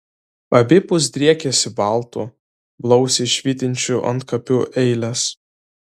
abipus driekėsi baltų blausiai švytinčių antkapių eilės